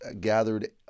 gathered